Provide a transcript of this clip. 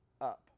up